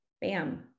bam